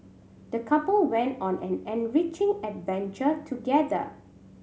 the couple went on an enriching adventure together